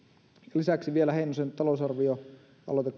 lisäksi vielä heinosen talousarvioaloite